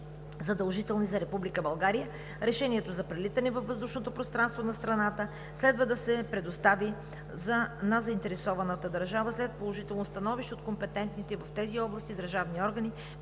България, разрешението за прелитане във въздушното пространство на страната следва да се предостави на заинтересованата държава след положително становище от компетентните в тези области държавни органи